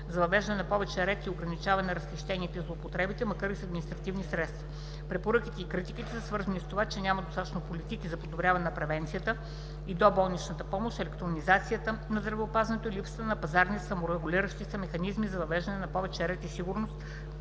за въвеждане на повече ред и ограничаване на разхищенията и злоупотребите, макар и с административни средства. Препоръките и критиките са свързани с това, че няма достатъчно политики за подобряване на превенцията и доболничната помощ, електронизация на здравеопазването и липсата на пазарни саморегулиращи се механизми за въвеждане на повече ред и ресурсът